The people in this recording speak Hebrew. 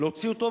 להוציא אותו,